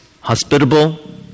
hospitable